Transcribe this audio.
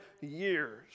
years